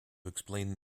explain